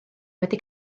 wedi